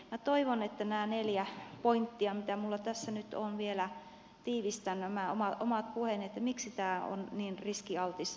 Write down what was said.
minä tiivistän puheeni näihin neljään pointtiin mitkä minulla tässä vielä tiivistää nämä maat omat puheen on miksi tämä on niin riskialtis hanke